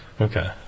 Okay